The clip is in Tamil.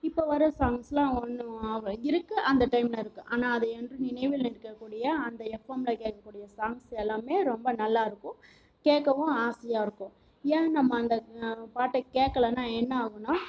இப்போ வர சாங்ஸ்லாம் ஒன்னமோ இருக்குது அந்த டைமில் இருக்குது ஆனால் அது என்றும் நினைவில் இருக்கக் கூடிய அந்த எஃப்எம்மில் கேட்கக்கூடிய சாங்ஸ் எல்லாமே ரொம்ப நல்லாயிருக்கும் கேட்கவும் ஆசையாக இருக்கும் ஏன் நம்ம அந்த பாட்டை கேட்கலன்னா என்னாகுன்னால்